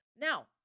Now